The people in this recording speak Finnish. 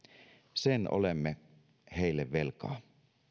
sen olemme heille velkaa